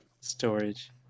Storage